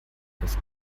das